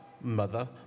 mother